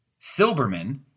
Silberman